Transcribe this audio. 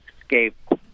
escaped